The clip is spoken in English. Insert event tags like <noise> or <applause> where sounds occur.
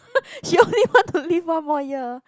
<laughs> she only want to live one more year